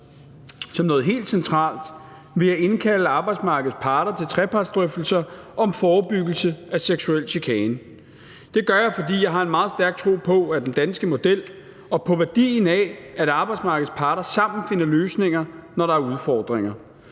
Som noget helt centralt vil jeg indkalde arbejdsmarkedets parter til trepartsdrøftelser om forebyggelse af seksuel chikane. Det gør jeg, fordi jeg har en meget stærk tro på den danske model og på værdien af, at arbejdsmarkedets parter sammen finder løsninger, når der er udfordringer.